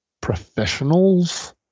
professionals